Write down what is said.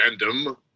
random